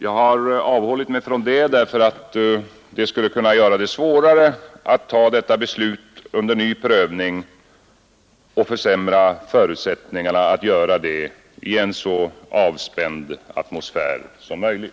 Jag har avhållit mig från detta, därför att det skulle kunna göra det svårare att ta detta beslut under ny prövning och därför att det skulle kunna försämra förutsättningarna att göra det i en så avspänd atmosfär som möjligt.